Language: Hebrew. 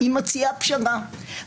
מימין ומשמאל שואלים אותי שאלה אחת ויחידה: